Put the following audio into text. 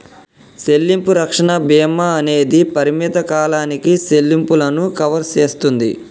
సెల్లింపు రక్షణ భీమా అనేది పరిమిత కాలానికి సెల్లింపులను కవర్ సేస్తుంది